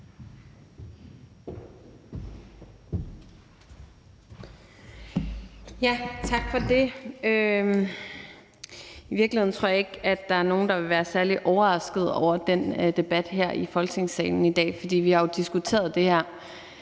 Tak for det. I virkeligheden tror jeg ikke, at der er nogen, der vil være særlig overraskede over den debat her i Folketingssalen i dag, for vi har jo diskuteret det her